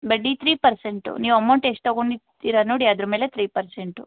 ಬಡ್ಡಿ three percent ನೀವು amount ಎಷ್ಟು ತಗೊಂಡಿರ್ತೀರ ನೋಡಿ ಅದರ ಮೇಲೆ ತ್ರೀ ಪರ್ಸೆಂಟು